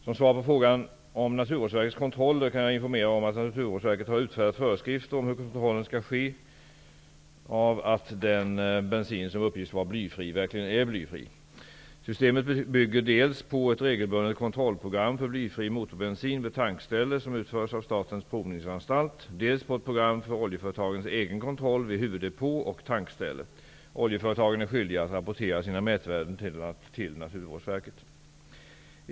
Som svar på frågan om Naturvårdsverkets kontroller kan jag informera om att Naturvårdsverket har utfärdat föreskrifter om hur kontrollen skall ske av att den bensin som uppges vara blyfri verkligen är blyfri. Systemet bygger dels på ett regelbundet kontrollprogram för blyfri motorbensin vid tankställe som utförs av Statens provningsanstalt, dels på ett program för oljeföretagens egen kontroll vid huvuddepå och tankställe. Oljeföretagen är skyldiga att rapportera sina mätvärden till Naturvårdsverket.